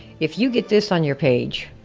if you get this on your page,